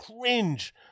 cringe